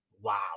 wow